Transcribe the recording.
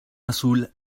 azul